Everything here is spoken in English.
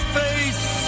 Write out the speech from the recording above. face